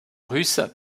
russe